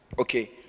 Okay